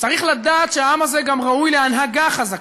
צריך לדעת שהעם הזה גם ראוי להנהגה חזקה.